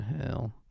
hell